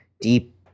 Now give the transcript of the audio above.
deep